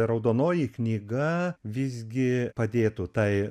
raudonoji knyga visgi padėtų tai